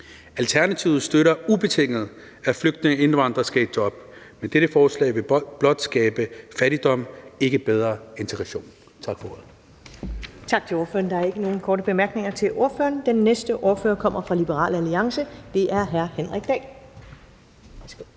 Alternativet støtter ubetinget, at flygtninge og indvandrere skal i job, men dette forslag vil blot skabe fattigdom, ikke bedre integration. Tak for ordet.